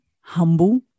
humble